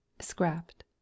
Scrapped